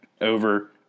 over